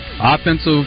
offensive